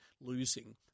losing